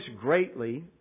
greatly